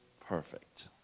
perfect